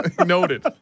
Noted